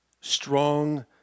strong